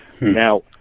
Now